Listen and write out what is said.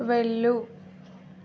వెళ్ళు